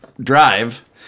drive